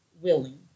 willing